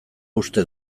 uste